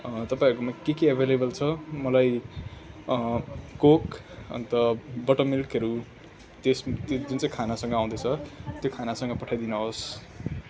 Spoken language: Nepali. तपाईँहरूकोमा के के अभाइलेबल छ मलाई कोक अन्त बटर मिल्कहरू त्यस त्यो जुन चाहिँ खानासँग आउँदैछ त्यो खानासँग पठाइदिनु हवस्